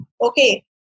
Okay